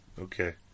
Okay